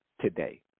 today